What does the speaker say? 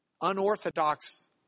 unorthodox